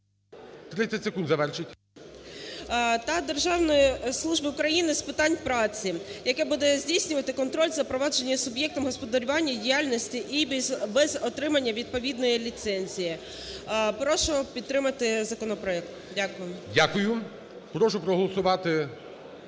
30 секунд, завершіть. ВЕСЕЛОВА Н.В. …та Державної служби України з питань праці, яке буде здійснювати контроль за провадженням суб'єктом господарювання і діяльності і без отримання відповідної ліцензії. Прошу підтримати законопроект. Дякую. ГОЛОВУЮЧИЙ. Дякую. Прошу проголосувати,